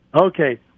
Okay